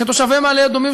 שתושבי מעלה-אדומים,